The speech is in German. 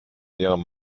ihrem